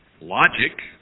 logic